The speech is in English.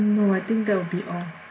no I think that will be all